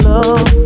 love